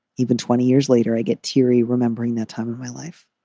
even twenty years later, i get teary remembering that time in my life.